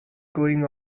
going